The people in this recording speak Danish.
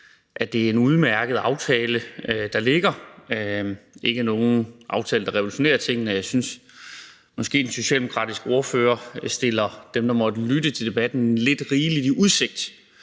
at det er en udmærket aftale, der ligger; ikke en aftale, der revolutionerer tingene. Jeg synes måske, den socialdemokratiske ordfører stiller dem, der måtte lytte til debatten, lidt rigeligt i udsigt.